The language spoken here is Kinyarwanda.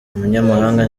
umunyamabanga